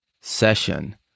session